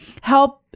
help